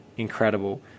incredible